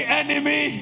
enemy